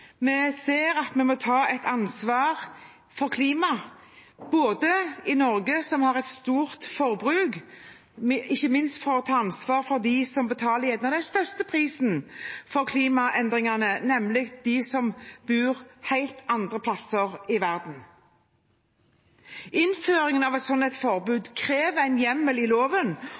vi ser at Norge, som har et stort forbruk, må ta ansvar for klimaet, ikke minst for å ta ansvar for dem som betaler den største prisen for klimaendringene, nemlig de som bor helt andre plasser i verden. Innføringen av et slikt forbud krever en hjemmel i loven,